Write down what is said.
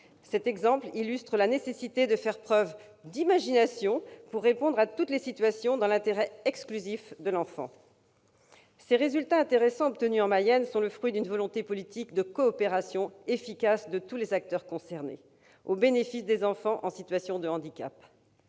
tel exemple illustre la nécessité de faire preuve d'imagination pour répondre à toutes les situations, dans l'intérêt exclusif de l'enfant. Les résultats intéressants obtenus en Mayenne sont le fruit d'une volonté politique de coopération efficace de tous les acteurs concernés, au bénéfice des enfants en situation de handicap.